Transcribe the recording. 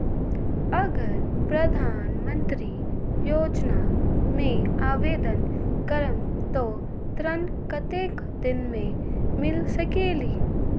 अगर प्रधानमंत्री योजना में आवेदन करम त ऋण कतेक दिन मे मिल सकेली?